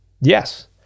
Yes